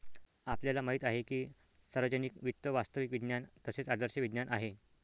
आपल्याला माहित आहे की सार्वजनिक वित्त वास्तविक विज्ञान तसेच आदर्श विज्ञान आहे